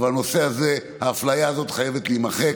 אבל האפליה הזאת חייבת להימחק,